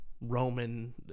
Roman